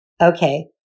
Okay